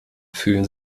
fühlen